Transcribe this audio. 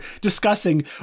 discussing